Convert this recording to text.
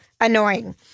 annoying